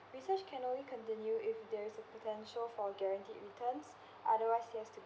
research can only continue if there is a potential for guaranteed returns otherwise it has to